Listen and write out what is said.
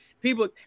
people